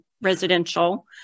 residential